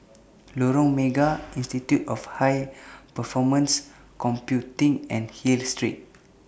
Lorong Mega Institute of High Performance Computing and Hill Street